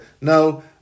no